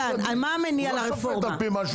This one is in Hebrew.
מה המניע לרפורמה?